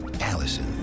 Allison